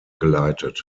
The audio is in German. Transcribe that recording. geleitet